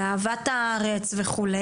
ואהבת הארץ וכו',